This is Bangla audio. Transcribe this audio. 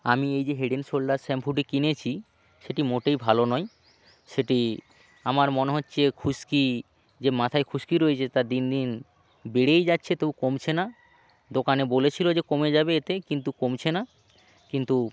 আমি এই যে হেড এন্ড শোলডার শ্যাম্পুটি কিনেছি সেটি মোটেই ভালো নয় সেটি আমার মনে হচ্ছে খুশকি যে মাথায় খুশকি রয়েছে তা দিন দিন বেড়েই যাচ্ছে তবু কমছে না দোকানে বলেছিলো যে কমে যাবে এতে কিন্তু কমছে না কিন্তু